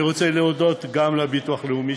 אני רוצה להודות גם לביטוח הלאומי,